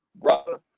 Brother